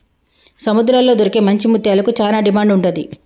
సముద్రాల్లో దొరికే మంచి ముత్యాలకు చానా డిమాండ్ ఉంటది